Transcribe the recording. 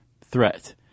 threat